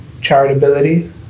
charitability